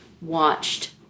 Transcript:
watched